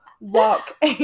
walk